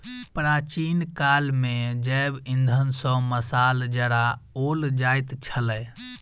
प्राचीन काल मे जैव इंधन सॅ मशाल जराओल जाइत छलै